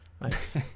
Nice